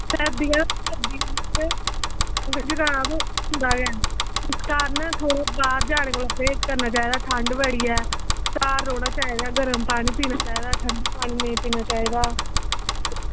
सर्दियां न ते जुकाम होंदा गै ते इस कारण बाहर जाने कोला परहेज करना चाहिदा ठंड बड़ी ऐ घर रौह्ना चाहिदा गर्म पानी पीना चाहिदा ठंडा पानी नेईं पीना चाहिदा